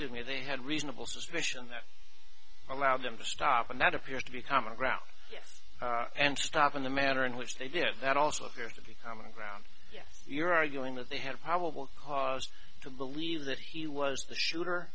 to me they had reasonable suspicion that allowed them to stop and that appears to be common ground yes and stop in the manner in which they did that also appears to be common ground yes you're arguing that they had probable cause to believe that he was the shooter